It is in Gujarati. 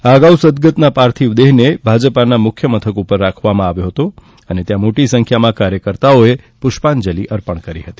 આ અગાઉ સદ્દગતના પાર્થિવ દેહને ભાજપ મુખ્ય મથક પર રાખવામાં આવ્યો હતો અને ત્યાં મોટી સંખ્યામાં કાર્યકરોએ પુષ્પાંજલિ અર્પણ કરી હતી